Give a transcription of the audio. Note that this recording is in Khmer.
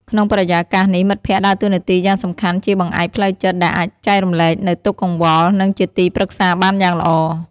ក្នុងបរិយាកាសនេះ មិត្តភក្តិដើរតួនាទីយ៉ាងសំខាន់ជាបង្អែកផ្លូវចិត្តដែលអាចចែករំលែកនូវទុកកង្វល នឹងជាទីព្រឹក្សាបានយ៉ាងល្អ ។